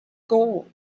gold